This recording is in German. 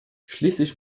schließlich